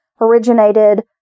originated